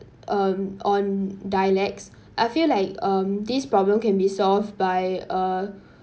um on dialects I feel like um these problems can be solved by err